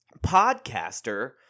podcaster